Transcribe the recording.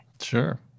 Sure